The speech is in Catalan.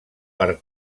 per